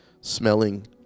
smelling